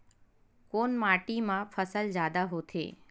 कोन माटी मा फसल जादा होथे?